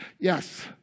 Yes